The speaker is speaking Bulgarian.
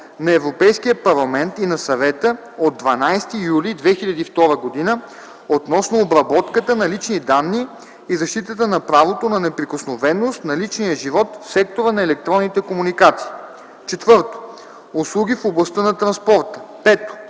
на Европейския парламент и на Съвета от 12 юли 2002 г. относно обработката на лични данни и защита на правото на неприкосновеност на личния живот в сектора на електронните комуникации; 4. услуги в областта на транспорта; 5.